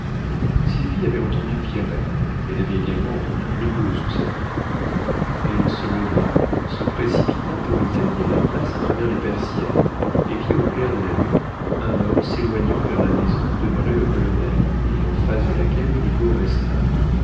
sylvie avait entendu pierrette elle avait également entendu brigaut sous sa fenêtre elle se leva se précipita pour examiner la place à travers les persiennes et vit au clair de la lune un homme s'éloignant vers la maison où demeurait le colonel et en face de laquelle brigaut resta